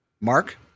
mark